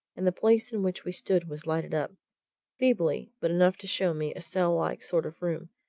and the place in which we stood was lighted up feebly, but enough to show me a cell-like sort of room,